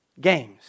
games